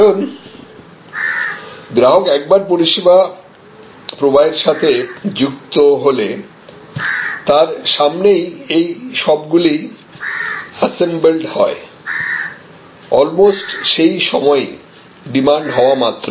কারণ গ্রাহক একবার পরিষেবা প্রবাহের সাথে যুক্ত হলে তার সামনেই এই সবগুলি অ্যাসেম্বেল্ড হয় অলমোস্ট সেই সময়ই ডিমান্ড হওয়া মাত্র